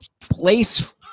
place